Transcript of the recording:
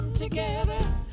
Together